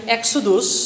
Exodus